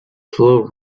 slow